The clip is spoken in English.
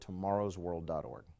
tomorrowsworld.org